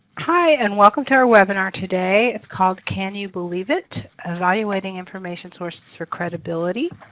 hi, and welcome to our webinar today. it's called can you believe it? evaluating information sources for credibility.